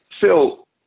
Phil